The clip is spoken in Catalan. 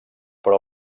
però